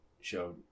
showed